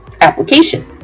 application